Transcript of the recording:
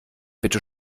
bitte